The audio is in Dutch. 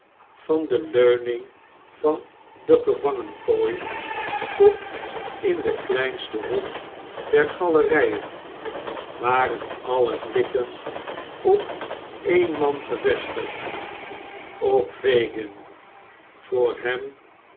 van de leuning van de gevangenkooi tot in den kleinsten hoek der galerijen waren aller blikken op één man gevestigd op fagin voor hem